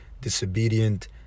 disobedient